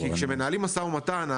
כי שמנהלים משא ומתן,